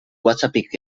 whatsappik